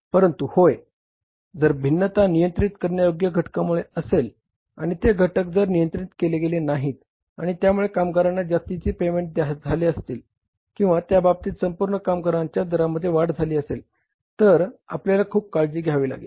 परंतु होय जर भिन्नता नियंत्रित करण्यायोग्य घटकांमुळे असेल आणि ते घटक जर नियंत्रित केले गेले नाहीत आणि त्यामुळे कामगारांना जास्तीचे पेमेंट झाले असतील किंवा त्या बाबतीत संपूर्ण कामगार दरामध्ये वाढ झाली असेल तर आपल्याला खूप काळजी घ्यावी लागेल